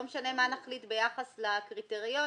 לא משנה מה נחליט ביחס לקריטריונים,